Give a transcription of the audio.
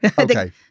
Okay